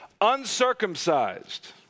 uncircumcised